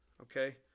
okay